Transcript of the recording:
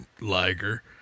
Liger